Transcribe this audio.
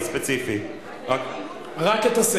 ובכן, 30 בעד, אין מתנגדים ואין נמנעים.